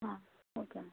ah okay ma'am